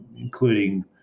including